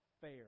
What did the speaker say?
fair